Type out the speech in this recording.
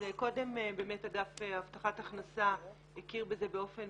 אז קודם באמת אגף הבטחת הכנסה הכיר בזה באופן